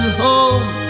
home